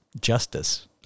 justice